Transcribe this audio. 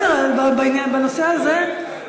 בסדר, אבל בנושא הזה סיימנו.